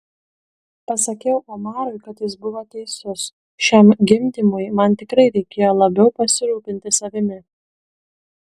pasakiau omarui kad jis buvo teisus šiam gimdymui man tikrai reikėjo labiau pasirūpinti savimi